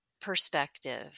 perspective